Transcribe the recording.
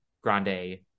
grande